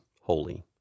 holy